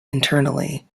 internally